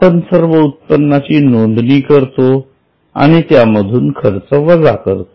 आपण सर्व उत्पन्नाची नोंदणी करतो आणि त्यामधून खर्च वजा करतो